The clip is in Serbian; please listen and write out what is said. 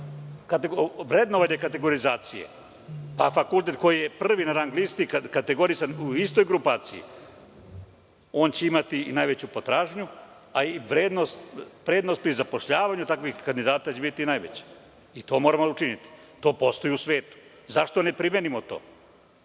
vrednovanje kategorizacije, a fakultet koji je prvi na rang listi kategorisan u istoj grupaciji, on će imati i najveću potražnju, a i prednost pri zapošljavanju takvih kandidata je biti najveće. To moramo učiniti. To postoji u svetu. Zašto ne primenimo to?